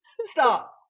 Stop